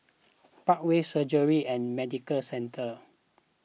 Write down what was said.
Parkway Surgery and Medical Centre